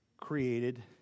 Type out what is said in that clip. created